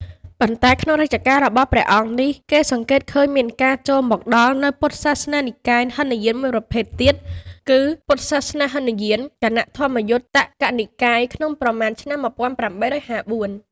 ប៉ុន្តែ ក្នុងរជ្ជកាលរបស់ព្រះអង្គនេះ គេសង្កេតឃើញមានការចូលមកដល់នូវពុទ្ធសាសនានិកាយហីនយានមួយប្រភេទទៀត គឺពុទ្ធសាសនាហីនយាន គណៈធម្មយុត្តិកនិកាយក្នុងប្រមាណឆ្នាំ ១៨៥៤។